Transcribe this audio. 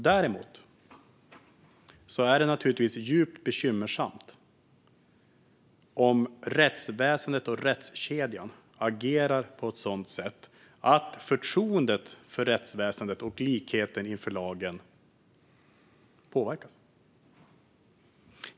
Däremot är det naturligtvis djupt bekymmersamt om rättsväsendet och rättskedjan agerar på ett sådant sätt att förtroendet för rättsväsendet och likheten inför lagen påverkas.